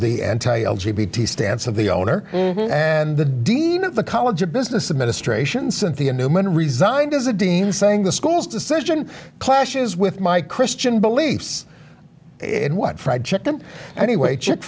the stance of the owner and the dean of the college of business administration cynthia newman resigned as a dean saying the school's decision clashes with my christian beliefs it was fried chicken anyway chick